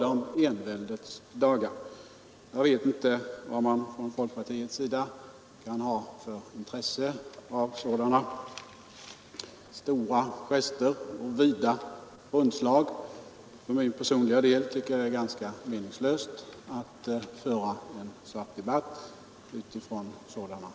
För min personliga del tycker jag S juni 1973 att det är ganska meningslöst att föra en sakdebatt utifrån sådana utgångspunkter. statsministerns position med Ludvig XIV:s och talade om enväldets dagar. Jag vet inte vad man från folkpartiets sida kan ha för intresse av